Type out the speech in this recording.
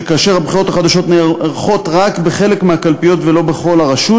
שכאשר הבחירות החדשות נערכות רק בחלק מהקלפיות ולא בכל הרשות,